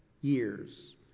years